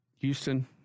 Houston